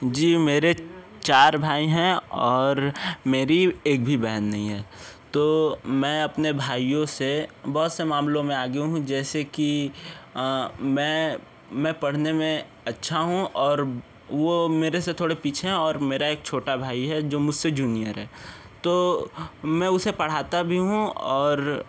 जी मेरे चार भाई हैं और मेरी एक भी बहन नहीं है तो मैं अपने भाइयों से बहुत से मामलों में आगे हूँ जैसे कि मैं मैं पढ़ने में अच्छा हूँ और वो मेरे से थोड़े पीछे हैं और मेरा एक छोटा भाई है जो मुझसे जूनियर है तो मैं उसे पढ़ता भी हूँ और